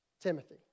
Timothy